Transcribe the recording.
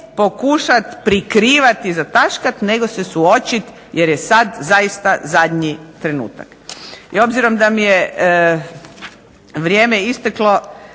pokušati prikrivati i zataškati, nego se suočiti jer je sada zaista zadnji trenutak. I obzirom da mi je vrijeme isteklo